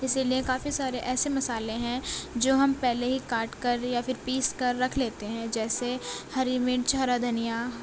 اسی لیے کافی سارے ایسے مسالے ہیں جو ہم پہلے ہی کاٹ کر یا پھر پیس کر رکھ لیتے ہیں جیسے ہری مرچ ہرا دھنیا